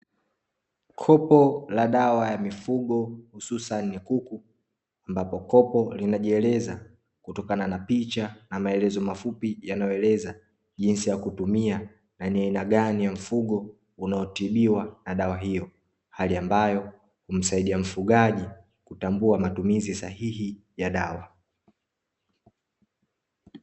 Kopo la dawa ya mifugo hususani kuku, ambapo kopo linajieleza kutokana na picha na maelezo mafupi yanayoeleza, jinsi ya kutumia na ni aina gani ya mfugo unaotibiwa na dawa hiyo, hali ambayo humsaidia mfugaji kutambua matumizi sahihi ya dawa.